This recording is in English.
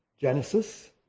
Genesis